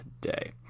today